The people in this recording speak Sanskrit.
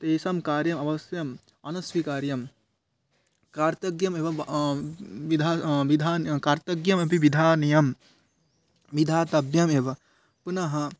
तेषां कार्यम् अवश्यम् अनुस्वीकार्यं कर्तव्यमेव विधिः विधान् कर्तव्यमपि विधानीयं विधातव्यमेव पुनः